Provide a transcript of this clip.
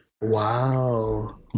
Wow